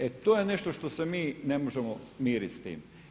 E to je nešto što se mi ne možemo mirit s tim.